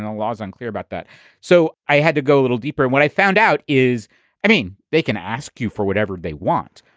and was unclear about that so i had to go a little deeper and when i found out is i mean, they can ask you for whatever they want,